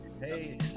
hey